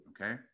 okay